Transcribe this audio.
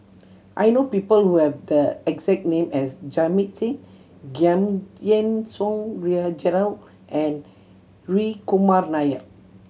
I know people who have the exact name as Jamit Singh Giam Yean Song Gerald and Hri Kumar Nair